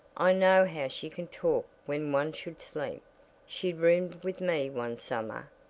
i know how she can talk when one should sleep she roomed with me one summer,